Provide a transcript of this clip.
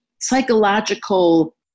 psychological